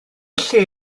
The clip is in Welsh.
lle